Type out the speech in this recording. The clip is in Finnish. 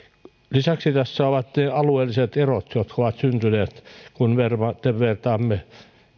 lisäksi tässä avattiin alueelliset erot jotka ovat syntyneet kun vertaamme